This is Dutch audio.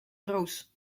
roos